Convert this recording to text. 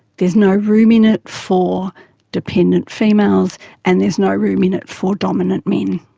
there's no room in it for dependent females and there's no room in it for dominant men.